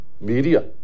media